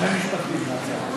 שני משפטים מהצד.